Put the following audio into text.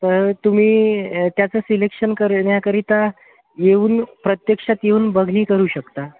तर तुम्ही त्याचं सिलेक्शन करण्याकरीता येऊन प्रत्यक्षात येऊन बघणी करू शकता